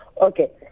Okay